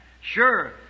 Sure